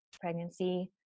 pregnancy